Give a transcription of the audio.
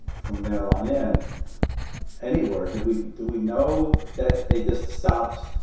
from there on in anywhere. do we do we know that they just stopped